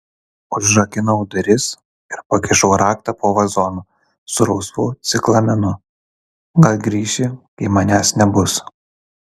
užrakinau duris ir pakišau raktą po vazonu su rausvu ciklamenu gal grįši kai manęs nebus